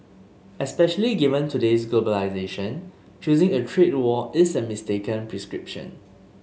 especially given today's globalisation choosing a trade war is a mistaken prescription